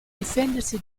difendersi